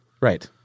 Right